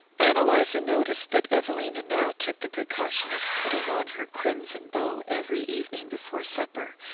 ann eliza noticed that evelina now took the precaution of putting on her crimson bow every evening before supper,